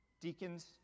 Deacons